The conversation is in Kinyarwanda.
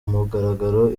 mugaragaro